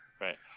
Right